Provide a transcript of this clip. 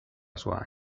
sua